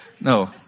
no